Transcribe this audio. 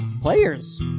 players